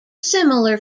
similar